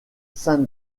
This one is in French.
sainte